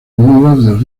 mudas